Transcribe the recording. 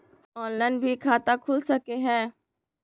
Online भी खाता खूल सके हय?